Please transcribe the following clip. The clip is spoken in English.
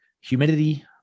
humidity